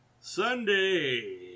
Sunday